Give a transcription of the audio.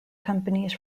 companies